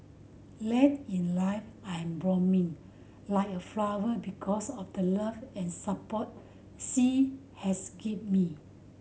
late in life I'm blooming like a flower because of the love and support she has give me